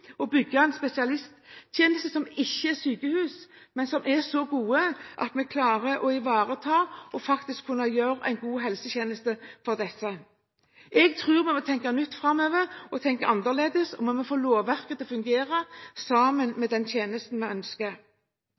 bygge en spesialisthelsetjeneste som ikke er sykehus, men som er så godt at vi klarer å ivareta og gi god helsetjeneste til disse. Jeg tror vi framover må tenke nytt og annerledes. Vi må få lovverket til å fungere, sammen med den tjenesten vi ønsker